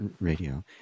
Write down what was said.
radio